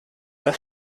das